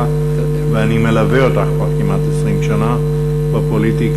ואני מלווה אותך כבר כמעט 20 שנה בפוליטיקה,